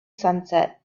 sunset